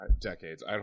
decades